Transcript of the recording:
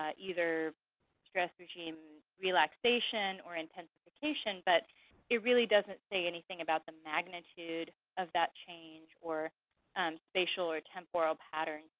ah either stress regime relaxation or intensification, but it really doesn't say anything about the magnitude of that change or um spatial or temporal patterns.